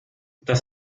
dass